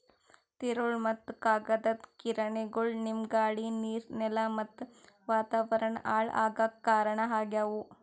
ತಿರುಳ್ ಮತ್ತ್ ಕಾಗದದ್ ಗಿರಣಿಗೊಳು ನಮ್ಮ್ ಗಾಳಿ ನೀರ್ ನೆಲಾ ಮತ್ತ್ ವಾತಾವರಣ್ ಹಾಳ್ ಆಗಾಕ್ ಕಾರಣ್ ಆಗ್ಯವು